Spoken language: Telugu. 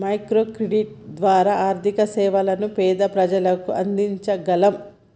మైక్రో క్రెడిట్ ద్వారా ఆర్థిక సేవలను పేద ప్రజలకు అందించగలం